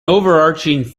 overarching